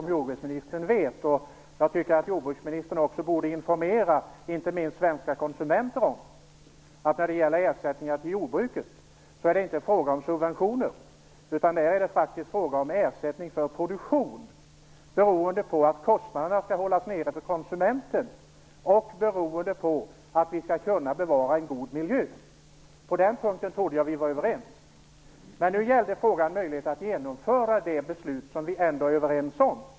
Jag tycker att jordbruksministern borde informera svenska konsumenter om att när det gäller ersättningar till jordbruket är det inte fråga om subventioner, utan där är det faktiskt fråga om ersättning för produktion så att kostnaderna skall hållas nere för konsumenten och så att vi skall kunna bevara en god miljö. Jag trodde att vi var överens på den punkten. Men nu gällde frågan möjligheten att genomföra det beslut som vi är överens om.